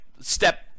step